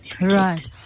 Right